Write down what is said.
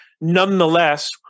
nonetheless